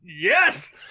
Yes